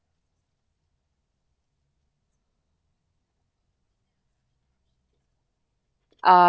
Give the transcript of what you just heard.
uh